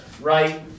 right